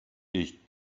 ich